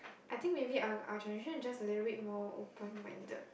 I think maybe our our generation just a little more open minded